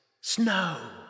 Snow